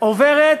עוברת